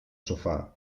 sofà